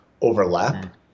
overlap